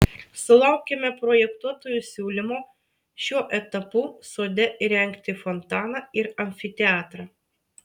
sulaukėme projektuotojų siūlymo šiuo etapu sode įrengti fontaną ir amfiteatrą